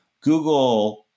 Google